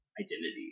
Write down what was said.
identity